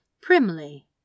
primly